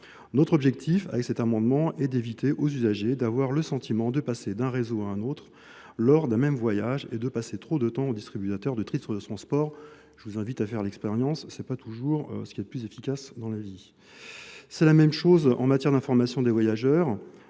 Notre objectif avec cet amendement est d'éviter aux usagers d'avoir le sentiment de passer d'un réseau à un autre lors d'un même voyage et de passer trop de temps au distributeur de titres de transport. Je vous invite à faire l'expérience Ce n'est pas toujours ce qu'il y a de plus a de plus efficace dans la vie. C'est la même chose en matière d'information des voyageurs